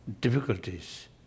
difficulties